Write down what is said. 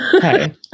Hey